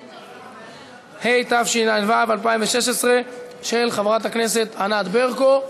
מתנגדים, שלושה נמנעים.